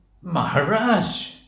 Maharaj